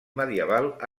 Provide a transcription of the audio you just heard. medieval